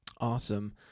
awesome